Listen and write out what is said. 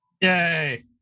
Yay